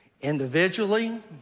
Individually